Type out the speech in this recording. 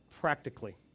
practically